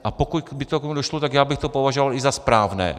A pokud by k tomu došlo, tak já bych to považoval i za správné.